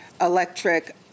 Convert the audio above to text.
electric